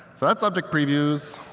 so that subject previews,